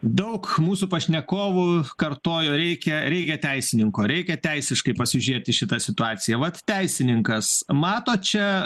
daug mūsų pašnekovų kartojo reikia reikia teisininko reikia teisiškai pasižiūrėt į šitą situaciją vat teisininkas mato čia